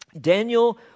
Daniel